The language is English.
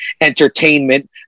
entertainment